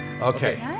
Okay